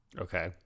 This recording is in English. Okay